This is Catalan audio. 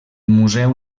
museu